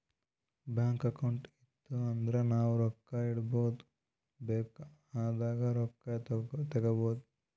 bank account ಇತ್ತು ಅಂದುರ್ ನಾವು ರೊಕ್ಕಾ ಇಡ್ಬೋದ್ ಬೇಕ್ ಆದಾಗ್ ರೊಕ್ಕಾ ತೇಕ್ಕೋಬೋದು